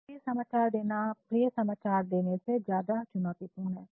तो अप्रिय समाचार देना प्रिय समाचार से ज्यादा चुनौतीपूर्ण है